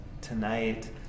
tonight